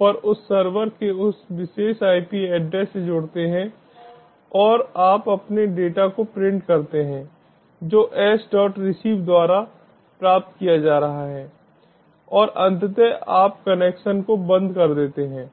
पर उस सर्वर के उस विशेष IP एड्रेस से जुड़ते हैं और आप अपने डेटा को प्रिंट करते हैं जो sreceive द्वारा प्राप्त किया जा रहा है और अंततः आप कनेक्शन को बंद कर देते हैं